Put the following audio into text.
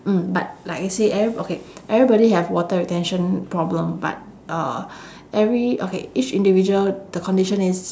mm but like you said every okay everybody have water retention problem but uh every okay each individual the condition is